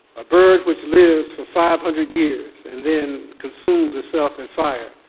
a bird which lives for five hundred years and then consumes itself in fire,